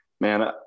man